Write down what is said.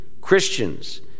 Christians